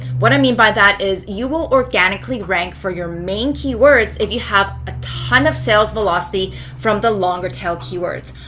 what i mean by that is you will organically rank for your main keywords if you have a ton of sales velocity from the longer tail keywords.